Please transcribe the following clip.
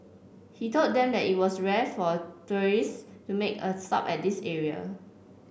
he told them that it was rare for tourists to make a stop at this area